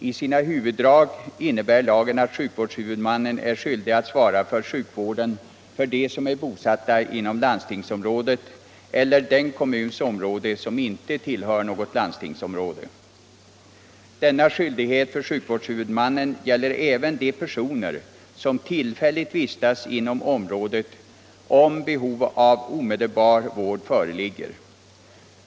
I sina huvuddrag innebär lagen att sjukvårdshuvudmannen är skyldig att svara för sjukvården för dem som är bosatta inom landstingsområdet eller den kommuns område som inte tillhör något landstingsområde. Denna skyldighet för sjukvårdshuvudmannen gäller även de personer som tillfälligt vistas inom området om behov av omedelbar vård föreligger.